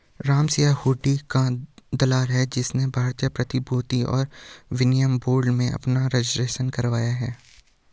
रामसिंह हुंडी का दलाल है उसने भारतीय प्रतिभूति और विनिमय बोर्ड में अपना रजिस्ट्रेशन करवाया है